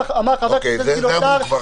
חבר הכנסת גדעון סער --- זה כבר אמרו.